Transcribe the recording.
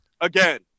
again